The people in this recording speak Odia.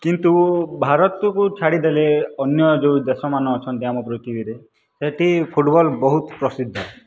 କିନ୍ତୁ ଭାରତକୁ ଛାଡ଼ିଦେଲେ ଅନ୍ୟ ଯେଉଁ ଦେଶମାନ ଅଛନ୍ତି ଆମ ପୃଥିବୀରେ ସେଠି ଫୁଟବଲ୍ ବହୁତ ପ୍ରସିଦ୍ଧ